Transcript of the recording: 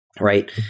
right